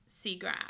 Seagrass